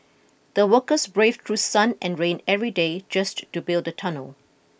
the workers braved through sun and rain every day just to build the tunnel